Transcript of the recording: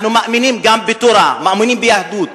אנחנו מאמינים גם בתורה, מאמינים ביהדות.